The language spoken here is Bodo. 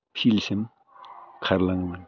फिल्डसिम खारलाङोमोन